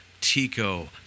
Tico